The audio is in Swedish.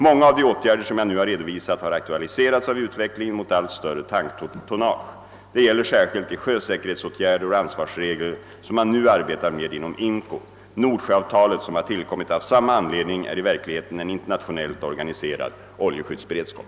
Många av de åtgärder, som jag nu har redovisat, har aktualiserats av utvecklingen mot allt större tanktonnage. Det gäller särskilt de sjösäkerhetsåtgärder och ansvarsregler som man nu arbetar med inom IMCO. Nordsjöavtalet, som har tillkommit av samma anledning, är i verkligheten en internationellt organiserad oljeskyddsberedskap.